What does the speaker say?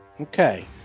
Okay